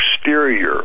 exterior